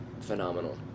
Phenomenal